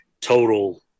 total